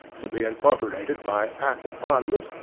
to be incorporated by act of parliament,